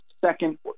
second